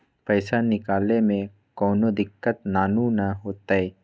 पईसा निकले में कउनो दिक़्क़त नानू न होताई?